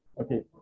Okay